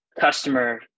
customer